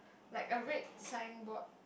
like a red signboard